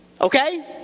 okay